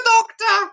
Doctor